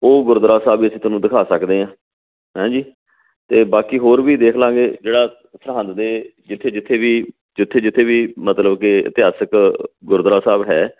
ਉਹ ਗੁਰਦੁਆਰਾ ਸਾਹਿਬ ਵੀ ਅਸੀਂ ਤੁਹਾਨੂੰ ਦਿਖਾ ਸਕਦੇ ਹਾਂ ਹੈ ਜੀ ਅਤੇ ਬਾਕੀ ਹੋਰ ਵੀ ਦੇਖ ਲਵਾਂਗੇ ਜਿਹੜਾ ਸਰਹੰਦ ਦੇ ਜਿੱਥੇ ਜਿੱਥੇ ਵੀ ਜਿੱਥੇ ਜਿੱਥੇ ਵੀ ਮਤਲਬ ਕਿ ਇਤਿਹਾਸਿਕ ਗੁਰਦੁਆਰਾ ਸਾਹਿਬ ਹੈ